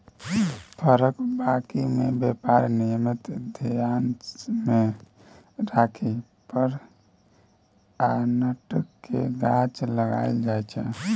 फरक बारी मे बेपार निमित्त धेआन मे राखि फर आ नट केर गाछ लगाएल जाइ छै